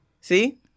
See